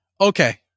okay